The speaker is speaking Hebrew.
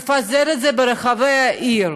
מפזר את זה ברחבי העיר,